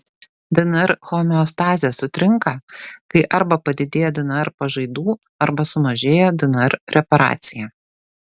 dnr homeostazė sutrinka kai arba padidėja dnr pažaidų arba sumažėja dnr reparacija